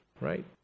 right